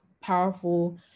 powerful